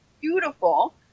Beautiful